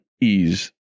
ease